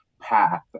path